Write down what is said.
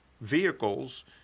vehicles